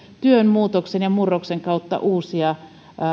työn muutoksen ja murroksen kautta uusia